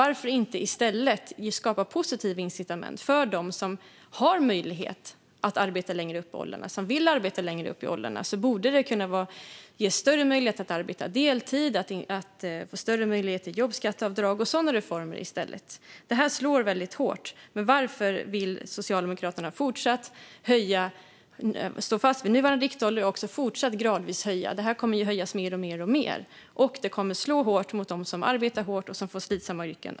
Varför inte i stället skapa positiva incitament för dem som vill och har möjlighet att arbeta längre upp i åldrarna? Det borde kunna ges större möjlighet att arbeta deltid, större möjlighet till jobbskatteavdrag och sådana reformer i stället. Höjningen av riktåldern slår väldigt hårt. Varför vill Socialdemokraterna stå fast vid att gradvis höja den nuvarande riktåldern? Det kommer ju att slå mot dem som arbetar hårt i slitsamma yrken.